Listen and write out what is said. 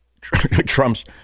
Trump's